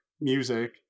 music